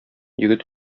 егет